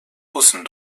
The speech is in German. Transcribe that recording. bussen